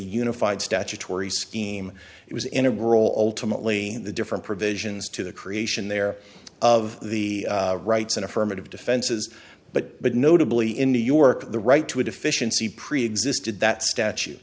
unified statutory scheme it was in a rural ultimately the different provisions to the creation there of the rights and affirmative defenses but but notably in new york the right to a deficiency preexisted that statu